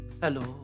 Hello